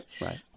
right